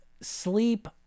sleep